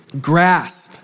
grasp